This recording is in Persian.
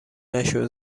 نشو